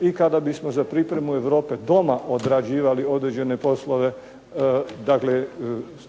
i kada bismo za pripremu Europe … /Govornik se ne razumije./ … odrađivali određene poslove dakle